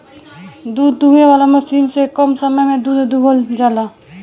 दूध दूहे वाला मशीन से कम समय में दूध दुहा जाला